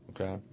okay